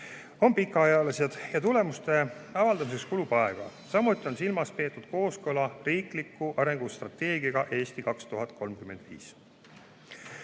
on pikaajalised ja tulemuste avaldumiseks kulub aega. Samuti on silmas peetud kooskõla riikliku arengustrateegiaga "Eesti